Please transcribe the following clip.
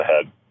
ahead